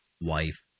Wife